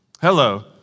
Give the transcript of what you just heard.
Hello